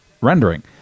rendering